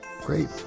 Great